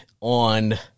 on